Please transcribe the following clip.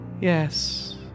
yes